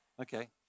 Okay